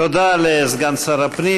תודה לסגן שר הפנים.